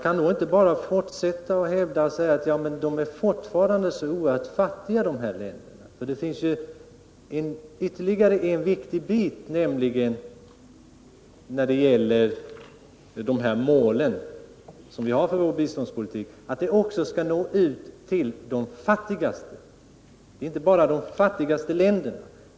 Man kan inte bara fortsätta och säga att de här länderna fortfarande är så oerhört fattiga. Det finns ytterligare en viktig sak när det gäller målen för vår biståndspolitik: vi skall också nå ut till de fattigaste. Det gäller inte bara de fattigaste länderna.